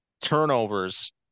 turnovers